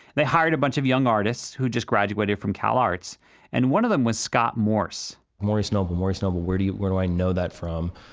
they hired a bunch of young artists who just graduated from cal arts and one of them was scott morse. maurice noble, maurice noble. where do yeah where do i know that from?